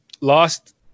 Lost